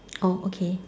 oh okay